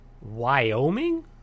Wyoming